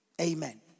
Amen